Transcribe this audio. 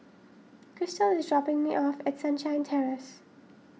Kristal is dropping me off at Sunshine Terrace